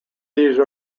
these